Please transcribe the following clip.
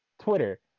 Twitter